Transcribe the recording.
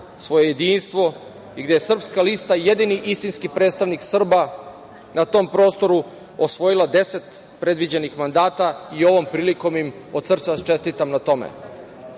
svoje jedinstvo i gde je Srpska lista jedini istinski predstavnik Srba na tom prostoru osvojila 10 predviđenih mandata i ovom prilikom im od srca čestitam na tome. To